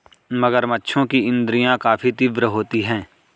मगरमच्छों की इंद्रियाँ काफी तीव्र होती हैं